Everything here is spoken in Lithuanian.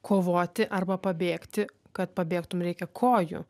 kovoti arba pabėgti kad pabėgtum reikia kojų